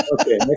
Okay